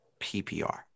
PPR